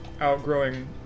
outgrowing